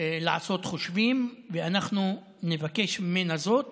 לעשות חושבים, ואנחנו נבקש ממנה זאת